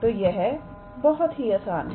तो यह बहुत ही आसान है